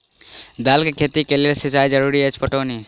दालि केँ खेती केँ लेल सिंचाई जरूरी अछि पटौनी?